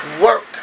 work